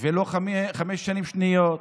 אם אין שאלות נוספות.